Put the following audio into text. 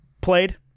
played